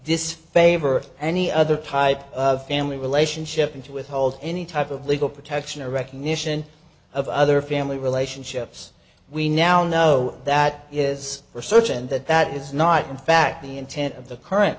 disfavor any other type of family relationship and to withhold any type of legal protection or recognition of other family relationships we now know that is research and that that is not in fact the intent of the current